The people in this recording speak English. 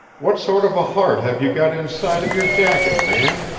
what sort of a heart have you got inside of your jacket, man?